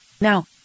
Now